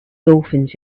dolphins